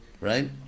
right